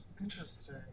Interesting